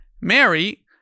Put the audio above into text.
Mary